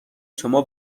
شما